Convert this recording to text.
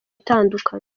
itandukanye